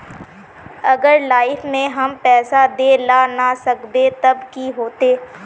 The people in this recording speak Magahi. अगर लाइफ में हम पैसा दे ला ना सकबे तब की होते?